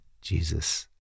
Jesus